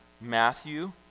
Matthew